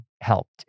helped